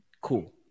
cool